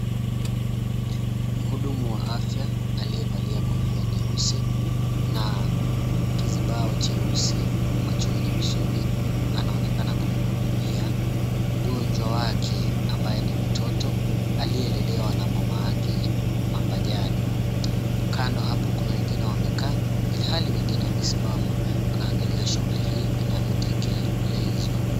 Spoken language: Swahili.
Mhudumu wa afya aliyevalia kofia nyeusi na kizibao cheusi, macho nne usoni anaonekana kumhudumia mgonjwa wake ambaye ni mtoto aliye lelewa na mama yake mapajani kando hapo, kuna wengine wamekaa ilhali wengine wamesimama wanaangalia shughuli hii inavyotekelezwa.